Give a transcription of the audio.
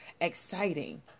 exciting